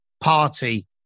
party